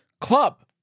club